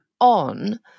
on